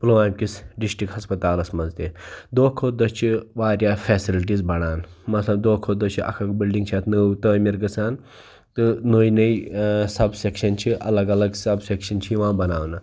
پُلوامکِس district ہسپَتالَس منٛز تہِ دۄہ کھۄتہٕ دۄہ چھِ واریاہ فیسَلٹیٖز بڑھان مطلب دۄہ کھۄتہٕ دۄہ چھِ اَکھ اَکھ بلڈِنٛگ چھِ اَتھ نٔو تعمیٖر گَژھان تہٕ نٔے نٔے ٲں سَب سیٚکشَن چھِ الگ الگ سَب سیٚکشَن چھِ یِوان بَناونہٕ